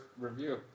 review